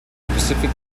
specific